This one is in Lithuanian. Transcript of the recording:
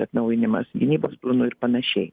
atnaujinimas gynybos planų ir panašiai